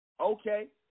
Okay